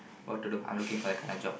what to do I'm looking for that kind of job